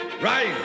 Rise